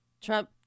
Trump